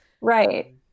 right